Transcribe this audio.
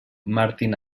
martin